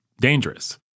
dangerous